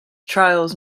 trials